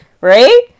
right